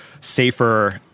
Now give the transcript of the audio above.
safer